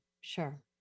sure